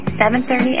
7.30